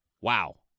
Wow